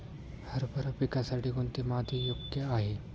हरभरा पिकासाठी कोणती माती योग्य आहे?